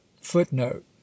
Footnote